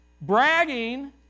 bragging